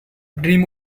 dream